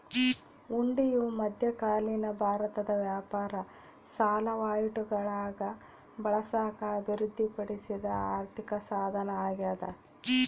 ಹುಂಡಿಯು ಮಧ್ಯಕಾಲೀನ ಭಾರತದ ವ್ಯಾಪಾರ ಸಾಲ ವಹಿವಾಟುಗುಳಾಗ ಬಳಸಾಕ ಅಭಿವೃದ್ಧಿಪಡಿಸಿದ ಆರ್ಥಿಕಸಾಧನ ಅಗ್ಯಾದ